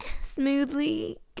smoothly